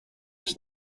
ich